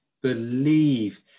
believe